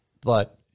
But-